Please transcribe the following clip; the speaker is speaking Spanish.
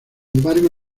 embargo